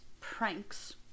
pranks